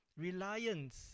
reliance